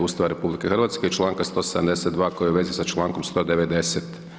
Ustava RH i članka 172. koji je u vezi sa člankom 190.